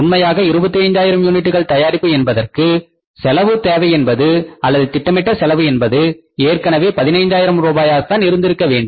உண்மையான 25 ஆயிரம் யூனிட்டுகள் தயாரிப்பு என்றதற்கு செலவு தேவை என்பது அல்லது திட்டமிடப்பட்ட செலவு என்பது ஏற்கனவே 15 ஆயிரம் ரூபாயாகதான் இருந்திருக்க வேண்டும்